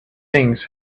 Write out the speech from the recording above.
things